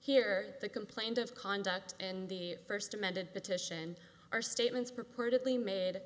here complained of conduct in the first amended petition or statements purportedly made